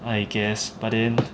I guess but then